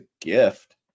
gift